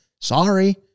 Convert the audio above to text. Sorry